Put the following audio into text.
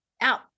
out